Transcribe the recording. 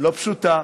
לא פשוטה,